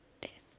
death